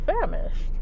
famished